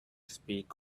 speak